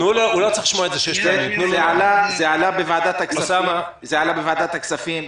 זה עלה בוועדת הכספים.